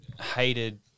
hated